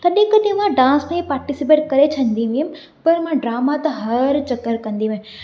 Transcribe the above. कॾहिं कॾहिं मां डांस में पार्टिसिपेट करे छॾंदी हुयमि पर मां ड्रामा त हर चक्कर कंदी हुयमि